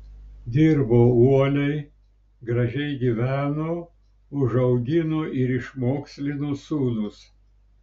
dirbo uoliai gražiai gyveno užaugino ir išmokslino sūnus